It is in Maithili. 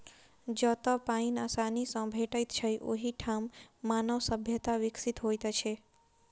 जतअ पाइन आसानी सॅ भेटैत छै, ओहि ठाम मानव सभ्यता विकसित होइत अछि